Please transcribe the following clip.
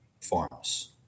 farms